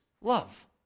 love